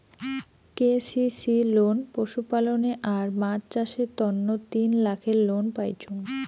KCC loan পশুপালনে আর মাছ চাষের তন্ন তিন লাখের লোন পাইচুঙ